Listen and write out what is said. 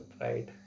right